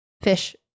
Fish